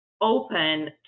open